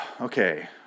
Okay